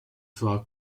fera